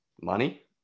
Money